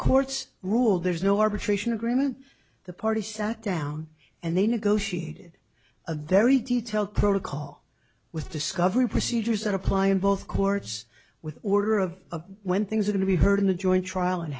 courts rule there's no arbitration agreement the party sat down and they negotiated a very detailed protocol with discovery procedures that apply in both courts with order of when things are to be heard in the joint trial and